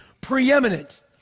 preeminent